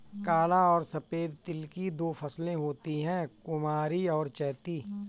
काला और सफेद तिल की दो फसलें होती है कुवारी और चैती